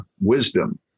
wisdom